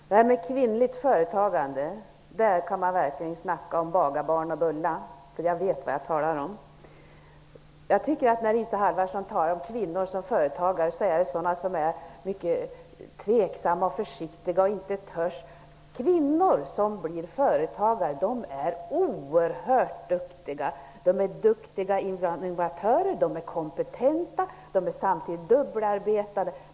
Fru talman! När det gäller kvinnligt företagande kan man verkligen snacka om bagarbarn och bullar. Jag vet vad jag talar om. Jag tycker att när Isa Halvarsson talar om kvinnor som företagare menar hon att de är mycket tveksamma och försiktiga och inte törs. Kvinnor som blir företagare är oerhört duktiga! De är duktiga innovatörer, de är kompetenta, de är samtidigt dubbelarbetande.